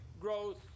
growth